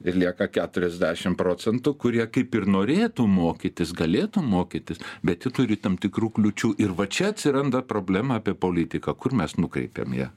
ir lieka keturiasdešim procentų kurie kaip ir norėtų mokytis galėtų mokytis bet jie turi tam tikrų kliūčių ir va čia atsiranda problema apie politiką kur mes nukreipiam ją